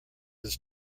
his